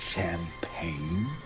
Champagne